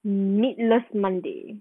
mm meatless monday